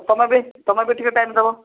ତୁମେ ବି ତୁମେ ବି ଟିକେ ଟାଇମ୍ ଦେବ